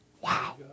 Wow